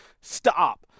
stop